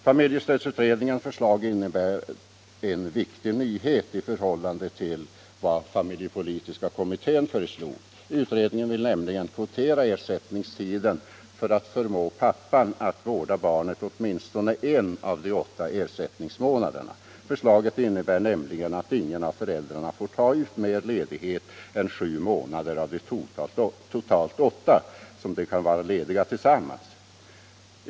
Familjestödsutredningens förslag innebär en viktig nyhet i förhållande till vad familjepolitiska kommittén föreslog. Utredningen vill kvotera ersättningstiden för att förmå pappan att vårda barnet åtminstone en av de 41 åtta ersättningsmånaderna. Förslaget innebär nämligen att ingen av föräldrarna får ta ut mer ledighet än sju månader av de totalt åtta som de kan vara lediga tillsammans.